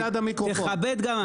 תכבד גם.